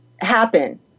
happen